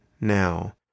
now